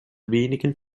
wenigen